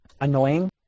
Annoying